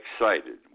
excited